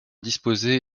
disposés